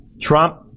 Trump